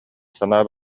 санаа